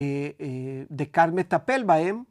‫דקארט מטפל בהם.